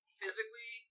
physically